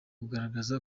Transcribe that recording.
kugaragaza